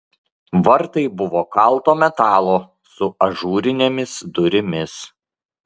vartai buvo kalto metalo su ažūrinėmis durimis